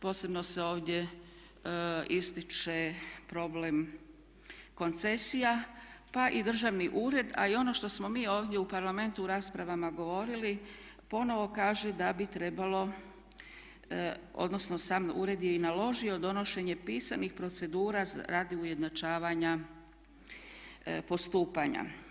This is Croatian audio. Posebno se ovdje ističe problem koncesija pa i državni ured a i ono što smo mi ovdje u Parlamentu u raspravama govorili ponovo kaže da bi trebalo odnosno sam ured je i naložio donošenje pisanih procedura radi ujednačavanja postupanja.